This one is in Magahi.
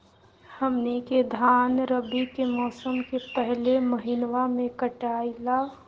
हमनी के धान रवि के मौसम के पहले महिनवा में कटाई ला